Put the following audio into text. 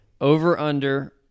Over-under